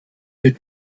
für